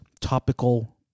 topical